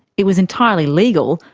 it was entirely legal,